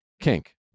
kink